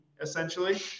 essentially